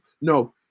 No